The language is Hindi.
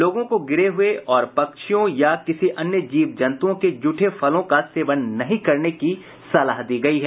लोगों को गिरे हुए और पक्षियों या किसी अन्य जीव जन्तुओं के जूठे फलों का सेवन नहीं करने की सलाह दी गयी है